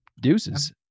Deuces